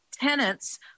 tenants